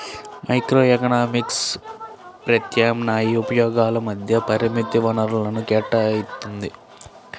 microeconomics ప్రత్యామ్నాయ ఉపయోగాల మధ్య పరిమిత వనరులను కేటాయిత్తుంది